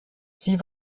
sie